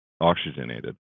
oxygenated